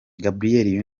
gabrielle